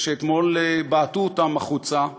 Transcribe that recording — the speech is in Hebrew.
ושאתמול בעטו אותם החוצה באכזריות,